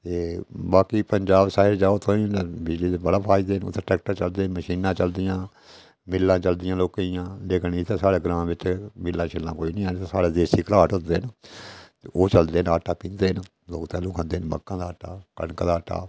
ते बाकी पंजाब साइड जाओ तुआंही बिजली दे बड़े फायदे न उत्थै ट्रैक्टर चलदे न मशीनां चलदियां मिल्लां चलदियां लोकें दियां लेकिन इत्थै साढ़े ग्रांऽ बिच मिल्लां शिल्लां कोई निं हैन साढ़ै देसी घराट होंदे न ओह् चलदे न आटा पींह्दे न लोक तैह्लूं खंदे न मक्कां दा आटा कनका दा आटा